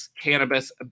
cannabis